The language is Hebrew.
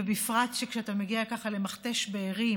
ובפרט כשאתה מגיע למכתש בארי,